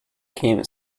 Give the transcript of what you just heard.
came